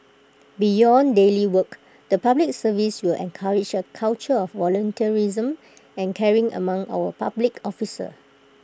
beyond daily work the Public Service will encourage A culture of volunteerism and caring among our public officers